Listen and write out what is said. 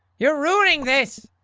you're ruining this.